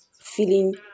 feeling